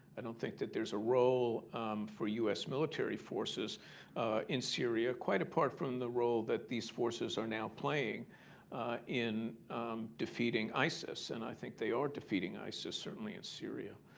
i don't think that there's a role for u s. military forces in syria, quite apart from the role that these forces are now playing in defeating isis. and i think they are defeating isis, certainly in syria,